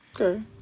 Okay